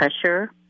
pressure